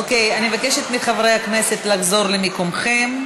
אוקיי, אני מבקשת מחברי הכנסת, לחזור למקומכם.